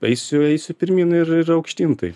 eisiu eisiu pirmyn ir ir aukštyn tai